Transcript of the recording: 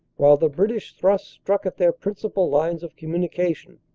while the british thrust struck at their principal lines of communication.